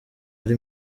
ari